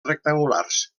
rectangulars